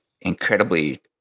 incredibly